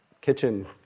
kitchen